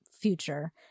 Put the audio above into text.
future